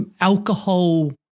alcohol